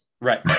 right